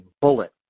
bullet